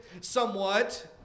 somewhat